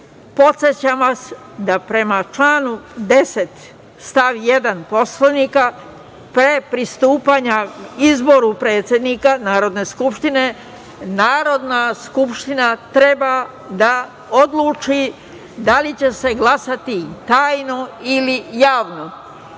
podsećam vas da, prema članu 10. stav 1. Poslovnika, pre pristupanja izboru predsednika Narodne skupštine, Narodna skupština treba da odluči da li će se glasati tajno ili javno. Ako